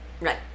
Right